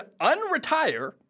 unretire